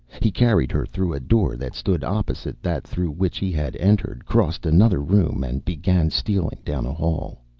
he carried her through a door that stood opposite that through which he had entered, crossed another room and began stealing down a hall.